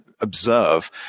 observe